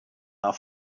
are